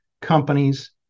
companies